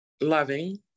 loving